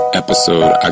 episode